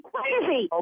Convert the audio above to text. crazy